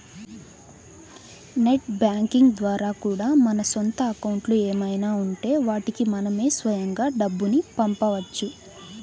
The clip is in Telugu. నెట్ బ్యాంకింగ్ ద్వారా కూడా మన సొంత అకౌంట్లు ఏమైనా ఉంటే వాటికి మనమే స్వయంగా డబ్బుని పంపవచ్చు